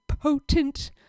potent